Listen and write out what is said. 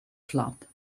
flood